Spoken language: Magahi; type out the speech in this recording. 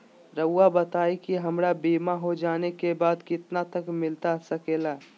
रहुआ बताइए कि हमारा बीमा हो जाने के बाद कितना तक मिलता सके ला?